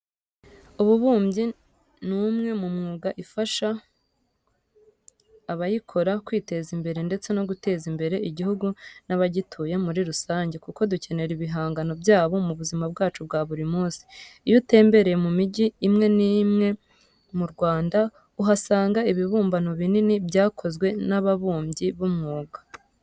Ububumbyi ni umwe mu myuga ifasha abayikora kwiteza imbere ndetse no guteza imbere igihugu n'abagituye muri rusange kuko dukenera ibihangano byabo mu buzima bwacu bwa buri munsi. Iyo utembereye mu migi imwe mu Rwanda, uhasanga ibibumbano binini byakozwe n'ababumbyi b'umwuga.